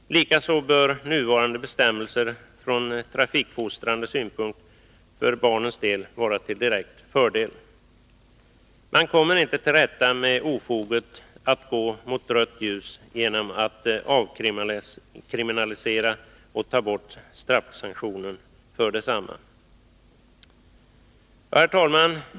Likaså bör nuvarande bestämmelser från trafikfostrande synpunkt för barnens del vara till direkt fördel. Man kommer inte till rätta med ofoget att gå mot rött ljus genom att avkriminalisera det och ta bort straffsanktionen för detsamma. Herr talman!